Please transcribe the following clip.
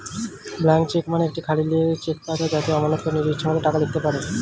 blank cheque মানে একটি খালি চেক পাতা যাতে আমানতকারী নিজের ইচ্ছে মতো টাকা লিখতে পারে